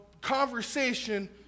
conversation